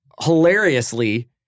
Hilariously